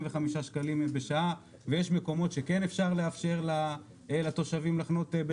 שקלים בשעה ויש מקומות שכן אפשר לאפשר לתושבים לחנות.